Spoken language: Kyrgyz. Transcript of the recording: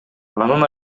анын